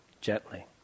gently